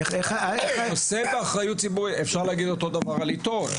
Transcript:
איך -- נושא באחריות ציבורית אפשר להגיד אותו דבר על עיתון.